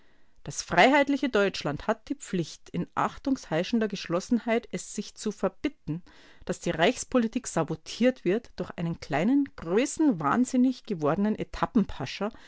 das freiheitliche deutschland hat die pflicht in achtungheischender geschlossenheit es sich zu verbitten daß die reichspolitik sabotiert wird durch einen kleinen größenwahnsinnig gewordenen